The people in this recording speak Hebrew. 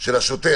של השוטר,